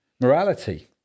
morality